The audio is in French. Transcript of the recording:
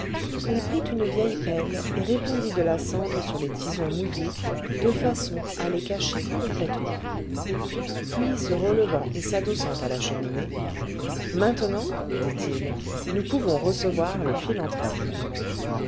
il prit une vieille pelle et répandit de la cendre sur les tisons mouillés de façon à les cacher complètement puis se relevant et s'adossant à la cheminée maintenant dit-il nous pouvons recevoir le philanthrope